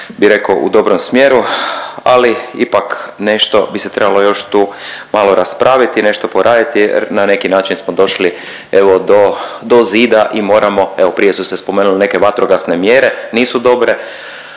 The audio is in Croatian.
bi rekao, u dobrom smjeru, ali ipak nešto bi se trebalo još tu malo raspraviti, nešto poraditi jer na neki način smo došli, evo do zida i moramo, evo, prije su se spomenule neke vatrogasne mjere, nisu dobre,